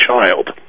child